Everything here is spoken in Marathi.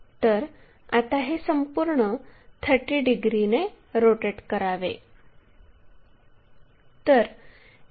तर आता हे संपूर्ण 30 डिग्रीने रोटेट करावे